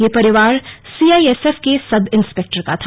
यह परिवार सीआईएसएफ के सब इंस्पेक्टर का था